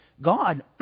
God